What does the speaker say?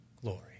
glory